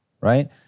right